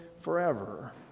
forever